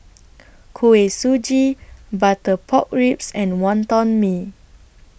Kuih Suji Butter Pork Ribs and Wonton Mee